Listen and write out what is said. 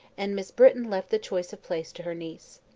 and miss britton left the choice of place to her niece.